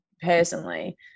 personally